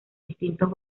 distintos